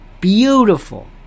Beautiful